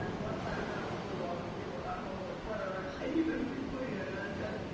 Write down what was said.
um once that kind of blew up and people got a hold of her twitter, and i even retweeted, and i said,